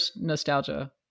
nostalgia